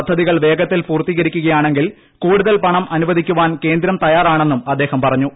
പദ്ധതികൾ വേഗത്തിൽ പൂർത്തീകരിക്കുകയാണെങ്കിൽ കൂടുതൽ പണം അനുവദിക്കാൻ കേന്ദ്രം തയ്യാറാണെന്നും അദ്ദേഹം പറഞ്ഞു